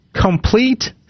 complete